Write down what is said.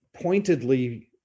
pointedly